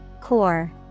Core